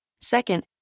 Second